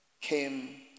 came